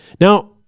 now